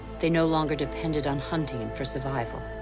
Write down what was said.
they no longer depended on hunting and for survival.